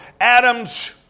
Adam's